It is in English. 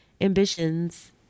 ambitions